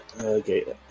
Okay